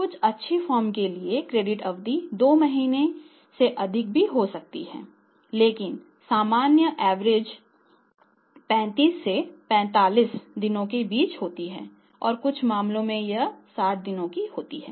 कुछ अच्छी फर्मों के लिए क्रेडिट अवधि 2 महीने से अधिक भी हो सकती है लेकिन सामान्य एवरेज 35 से 45 दिनों के बीच होती है और कुछ मामलों में यह 60 दिन होती है